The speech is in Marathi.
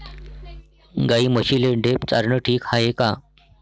गाई म्हशीले ढेप चारनं ठीक हाये का?